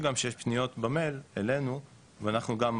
אחרי שאנחנו מוודאים למי מוסרים את המידע,